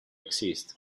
exists